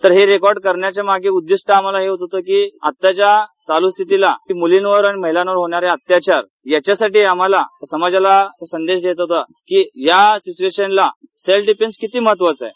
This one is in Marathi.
तर हे रेकॉर्ड करण्यामागं उद्दिष्ट हे होतं की आत्ताच्या चालू स्थितीला मुलींवर आणि महीलांवर होणारे अत्याचार याच्यासाठी आम्हाला समाजाला संदेश द्यायचा होता की या सिघ्युएशनला सेल्फ डिफेन्स किती महत्वाचा आहे